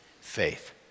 Faith